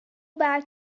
back